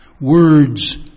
Words